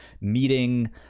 meeting